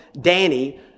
Danny